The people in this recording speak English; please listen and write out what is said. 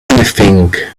anything